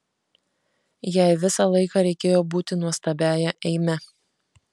jai visą laiką reikėjo būti nuostabiąja eime